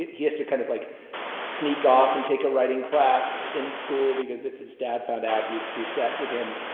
he has to kind of like sneak off and take a writing class in school because if his dad found out he'd be upset with him.